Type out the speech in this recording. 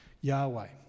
Yahweh